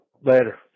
Later